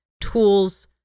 tools